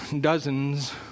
dozens